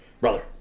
Brother